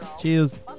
Cheers